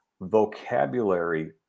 vocabulary